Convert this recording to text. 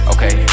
Okay